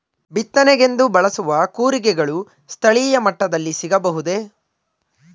ಬಿತ್ತನೆಗೆಂದು ಬಳಸುವ ಕೂರಿಗೆಗಳು ಸ್ಥಳೀಯ ಮಟ್ಟದಲ್ಲಿ ಸಿಗಬಹುದೇ?